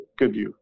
GoodView